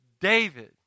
david